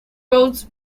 roads